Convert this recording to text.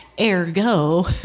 Ergo